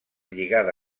lligada